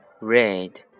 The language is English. Red